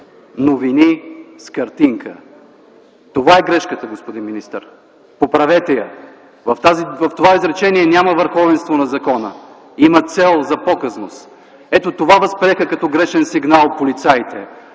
Новини с картинка! Това е грешката, господин министър. Поправете я! В това изречение няма върховенство на закона, има цел за показност. Ето това възприеха като грешен сигнал полицаите.